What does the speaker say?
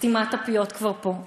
סתימת הפיות כבר פה,